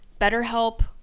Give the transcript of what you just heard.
BetterHelp